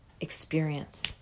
experience